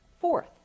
Fourth